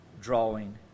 drawing